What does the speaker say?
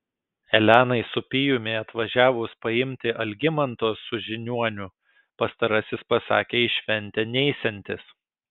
elenai su pijumi atvažiavus paimti algimanto su žiniuoniu pastarasis pasakė į šventę neisiantis